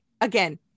again